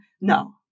no